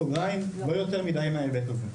בסוגריים, לא יותר מידיי מההיבט הזה.